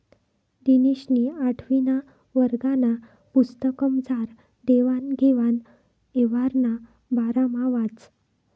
दिनेशनी आठवीना वर्गना पुस्तकमझार देवान घेवान यवहारना बारामा वाचं